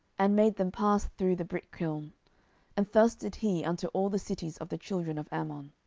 and made them pass through the brick-kiln and thus did he unto all the cities of the children of ammon.